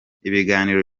ibiganiro